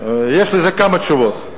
יש על זה כמה תשובות.